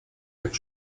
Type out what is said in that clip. jak